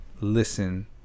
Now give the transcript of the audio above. listen